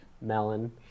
melon